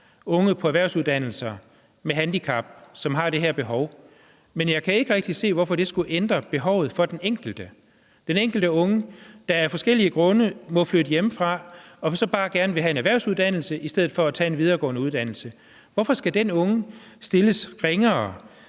unge på erhvervsuddannelser med handicap, som har det her behov. Men jeg kan ikke rigtig se, hvorfor det skulle ændre behovet for den enkelte, den enkelte unge, der af forskellige grunde må flytte hjemmefra og så bare gerne vil have en erhvervsuddannelse i stedet for at tage en videregående uddannelse. Hvorfor skal den unge stilles ringere